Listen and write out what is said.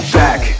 back